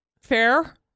Fair